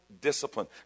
discipline